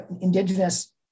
indigenous